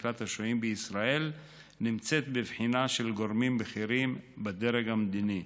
המקלט השוהים בישראל נמצאת בבחינה של גורמים בכירים בדרג המדיני.